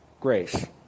grace